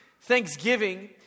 Thanksgiving